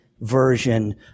version